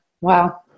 wow